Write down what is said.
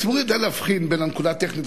הציבור יודע להבחין בין הנקודה הטכנית,